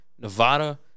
Nevada